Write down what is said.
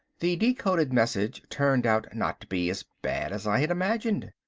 the decoded message turned out not to be as bad as i had imagined.